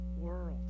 world